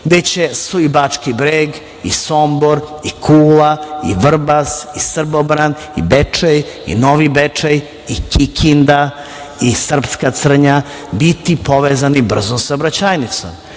gde će i Bački Breg i Sombor i Kula, Vrbas, Srbobran, Bečej, Novi Bečej i Kikinda i Srpska Crnja, biti povezani brzom saobraćajnicom,